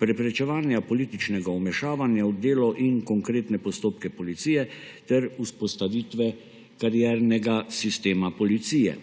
preprečevanja političnega vmešavanja v delo in konkretne postopke policije ter vzpostavitve kariernega sistema policije.